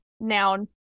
noun